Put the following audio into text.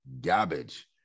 garbage